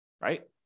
right